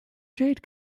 jade